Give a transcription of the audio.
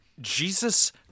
Jesus